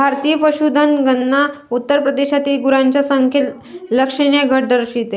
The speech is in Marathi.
भारतीय पशुधन गणना उत्तर प्रदेशातील गुरांच्या संख्येत लक्षणीय घट दर्शवते